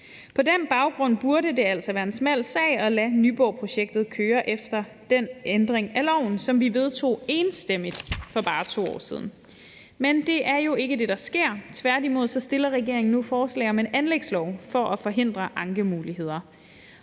På den baggrund burde det altså være en smal sag at lade Nyborgprojektet køre efter den ændring af loven, som vi vedtog enstemmigt for bare 2 år siden. Men det er jo ikke det, der sker. Tværtimod fremsætter regeringen nu et forslag om en anlægslov for at forhindre ankemuligheder.